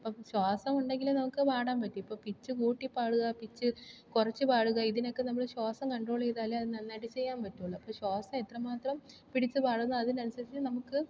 അപ്പോൾ ശ്വാസം ഉണ്ടെങ്കിലേ നമുക്ക് പാടാൻ പറ്റൂ ഇപ്പം പിച്ച് കൂട്ടി പാടുക പിച്ച് കുറച്ച് പാടുക ഇതിനൊക്കെ നമ്മള് ശ്വാസം കണ്ട്രോള് ചെയ്താലേ അത് നന്നായിട്ട് ചെയ്യാൻ പറ്റുകയുള്ളു ശ്വാസം ഇത്രമാത്രം പിടിച്ചു പാടുന്നു അതിനനുസരിച്ച് നമുക്ക്